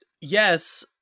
yes